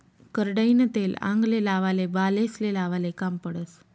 करडईनं तेल आंगले लावाले, बालेस्ले लावाले काम पडस